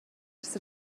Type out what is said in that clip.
ers